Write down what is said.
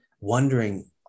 wondering